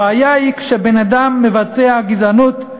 הבעיה היא שכשבן-אדם מבצע עבירות של גזענות,